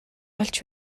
болж